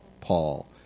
Paul